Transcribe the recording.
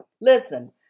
Listen